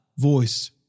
voice